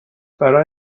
برای